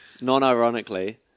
non-ironically